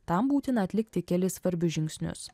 tam būtina atlikti kelis svarbius žingsnius